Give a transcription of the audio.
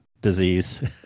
disease